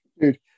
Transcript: dude